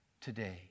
today